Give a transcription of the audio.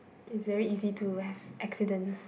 is very easy to have accident